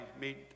meet